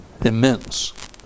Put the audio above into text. immense